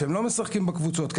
ואומר להם: ספרו לי מה התוצאה בסוף.